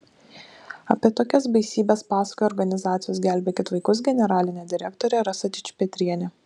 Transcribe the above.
apie tokias baisybes pasakoja organizacijos gelbėkit vaikus generalinė direktorė rasa dičpetrienė